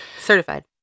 certified